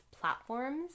platforms